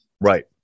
Right